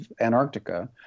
Antarctica